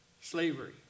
slavery